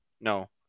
No